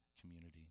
community